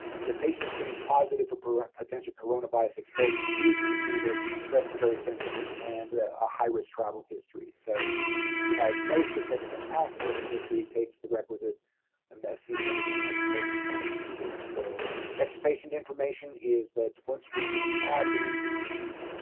the patient screens positive for potential corona bias exposure due to the fever respiratory symptoms and a high-risk travel history. so she has no significant past medical history takes the requisite um but acetaminophen ibuprofen as needed so extra patient information is that once we have the information?